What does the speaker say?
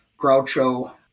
Groucho